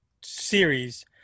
series